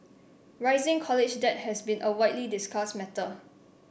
rising college debt has been a widely discussed matter